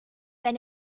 wenn